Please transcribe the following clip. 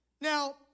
Now